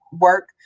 work